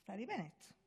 נפתלי בנט.